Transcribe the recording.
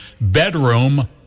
bedroom